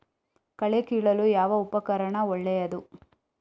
ಕಳೆ ಕೀಳಲು ಯಾವ ಉಪಕರಣ ಒಳ್ಳೆಯದು?